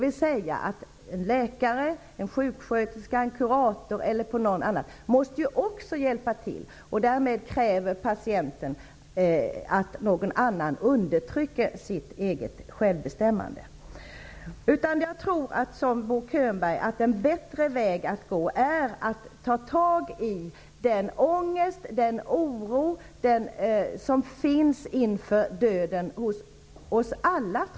En läkare, sjuksköterska eller kurator måste också hjälpa till. Därmed kräver patienten att någon annan undertrycker sitt eget självbestämmande. Jag tror, som Bo Könberg, att en bättre väg att gå är att ta tag i den ångest och oro som finns inför döden, troligtvis hos oss alla.